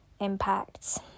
impacts